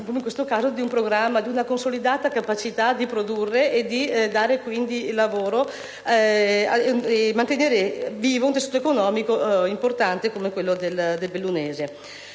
luce fra l'altro di un programma e di una consolidata capacità di produrre e di dare lavoro, mantenere vivo un tessuto economico importante come quello del bellunese.